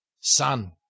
son